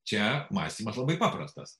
čia mąstymas labai paprastas